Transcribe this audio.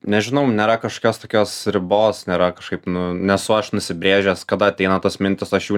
nežinau nėra kažkokios tokios ribos nėra kažkaip nu nesu aš nusibrėžęs kada ateina tos mintys aš jų